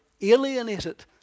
alienated